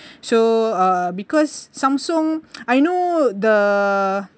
so uh because Samsung I know the